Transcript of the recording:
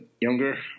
younger